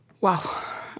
Wow